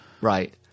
right